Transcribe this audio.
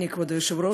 כבוד היושב-ראש,